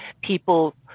people